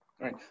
Right